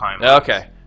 Okay